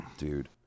Dude